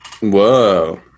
Whoa